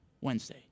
Wednesday